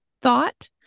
thought